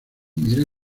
mira